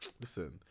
listen